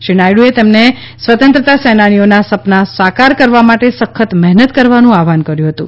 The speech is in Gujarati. શ્રી નાયડુએ તેમને સ્વતંત્ર્યતા સેનાનીઓના સપના સાકાર કરવા માટે સખત મહેનત કરવાનું આહવાન કર્યું હતું